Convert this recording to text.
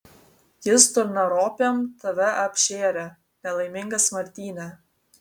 jis durnaropėm tave apšėrė nelaimingas martyne